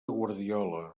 guardiola